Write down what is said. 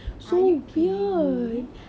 are you kidding me